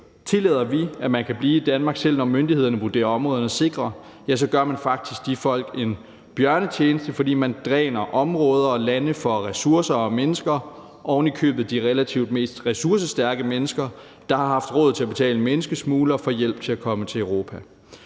Tillader vi, at man kan blive i Danmark, selv når myndighederne vurderer, at områderne er sikre, så gør man faktisk de folk en bjørnetjeneste, fordi man dræner områder og lande for ressourcer og mennesker, ovenikøbet de relativt mest ressourcestærke mennesker, der har haft råd til at betale en menneskesmugler for hjælp til at komme til Europa.